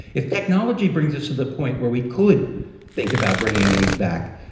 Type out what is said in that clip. if technology brings us to the point where we could think about bringing these back,